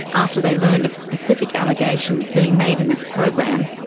after they learned of specific allegations being made in this program,